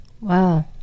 Wow